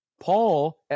Paul